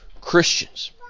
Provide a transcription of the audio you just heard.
Christians